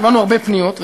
קיבלנו הרבה פניות,